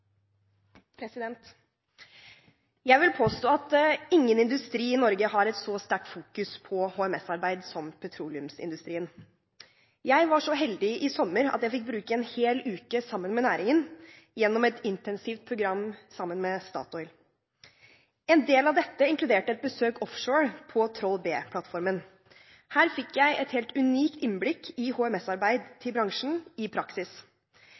Jeg vil påstå at ingen industri i Norge har et så sterkt fokus på HMS-arbeid som petroleumsindustrien. Jeg var så heldig at jeg i sommer fikk bruke en hel uke med næringen gjennom et intensivt program sammen med Statoil. En del av dette inkluderte et besøk offshore på Troll B-plattformen. Her fikk jeg et helt unikt innblikk i bransjens HMS-arbeid i praksis.